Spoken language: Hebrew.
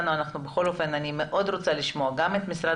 בכל אופן אני רוצה מאוד לשמוע גם את משרד